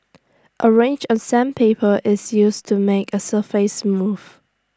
A range of sandpaper is used to make A surface smooth